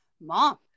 mom